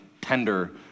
tender